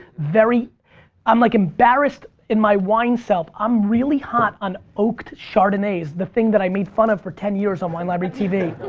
i'm like embarrassed in my wine-self, i'm really hot on oaked chardonnay. it's the thing that i made fun of for ten years on wine library tv.